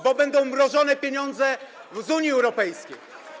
bo będą mrożone pieniądze z Unii Europejskiej.